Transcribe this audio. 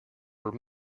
were